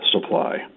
supply